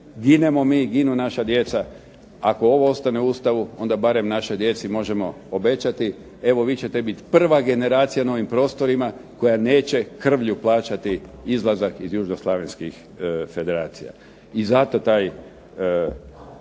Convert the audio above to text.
ginemo mi, ginu naša djeca. Ako ovo ostane u Ustavu onda barem našoj djeci možemo obećati evo vi ćete bit prva generacija na ovim prostorima koja neće krvlju plaćati izlazak iz južnoslavenskih federacija. I zato taj